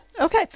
okay